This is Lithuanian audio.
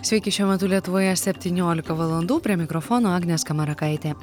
sveiki šiuo metu lietuvoje septyniolika valandų prie mikrafono agnė skamarakaitė